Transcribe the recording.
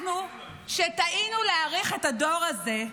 אנחנו, טעינו להעריך את הדור הזה,